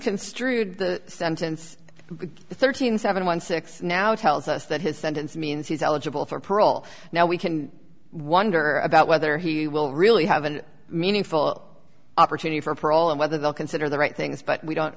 construed the sentence thirteen seven one six now tells us that his sentence means he's eligible for parole now we can wonder about whether he will really have an meaningful opportunity for all and whether they'll consider the right things but we don't